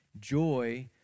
joy